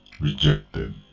Rejected